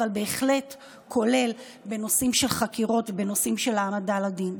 אבל זה בהחלט כולל נושאים של חקירות ונושאים של העמדה לדין.